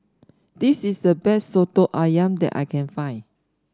this is the best soto ayam that I can find